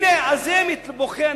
הנה, על זה בוכה הנביא.